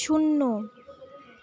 শূন্য